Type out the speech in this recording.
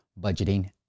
budgeting